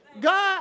God